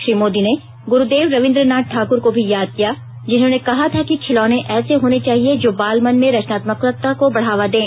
श्री मोदी ने गुरूदेव रवीन्द्र नाथ ठाकुर को भी याद किया जिन्होंने कहा था कि खिलौने ऐसे होने चाहिए जो बालमन में रचनात्मकता को बढ़ावा दें